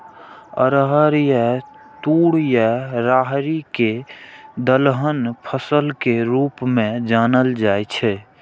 अरहर या तूर या राहरि कें दलहन फसल के रूप मे जानल जाइ छै